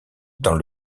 dans